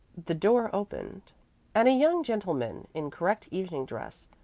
the door opened and a young gentleman in correct evening dress,